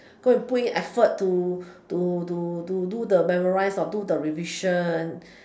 go and put in effort to to to to do the memorise or do the revision